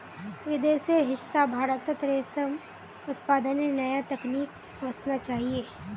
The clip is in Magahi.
विदेशेर हिस्सा भारतत रेशम उत्पादनेर नया तकनीक वसना चाहिए